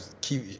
keep